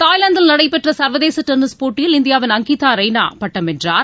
தாய்லாந்தில் நடைபெற்ற சர்வதேச டென்னிஸ் போட்டியில் இந்தியாவின் அங்கிதா ரெய்னா பட்டம் வென்றார்